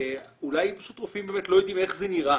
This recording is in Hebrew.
אולי פשוט רופאים לא יודעים איך זה נראה